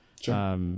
Sure